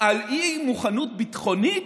על אי-מוכנות ביטחונית?